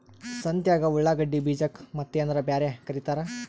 ಸಂತ್ಯಾಗ ಉಳ್ಳಾಗಡ್ಡಿ ಬೀಜಕ್ಕ ಮತ್ತೇನರ ಬ್ಯಾರೆ ಕರಿತಾರ?